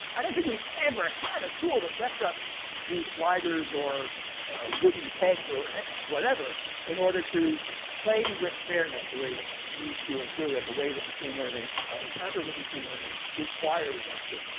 i don't think we've ever had a tool that lets us use sliders or wooden pegs or whatever in order to play with fairness the way that these tools do and the way that machine learning, our encounter with machine learning requires us to.